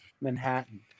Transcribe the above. Manhattan